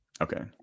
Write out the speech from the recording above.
Okay